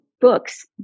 books